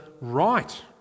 right